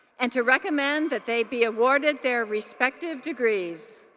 and to recommend that they be awarded their respective degrees.